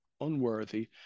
unworthy